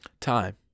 Time